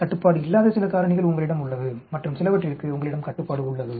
கட்டுப்பாடு இல்லாத சில காரணிகள் உங்களிடம் உள்ளது மற்றும் சிலவற்றிற்கு உங்களிடம் கட்டுப்பாடு உள்ளது